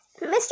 Mr